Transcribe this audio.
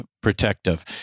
protective